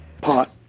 pot